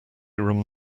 room